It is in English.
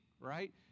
right